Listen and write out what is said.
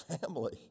family